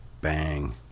bang